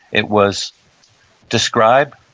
it was describe,